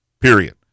period